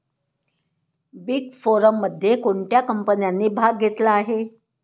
Big फोरमध्ये कोणत्या कंपन्यांनी भाग घेतला आहे?